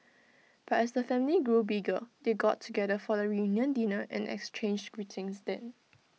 but as the family grew bigger they got together for the reunion dinner and exchanged greetings then